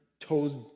toes